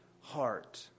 heart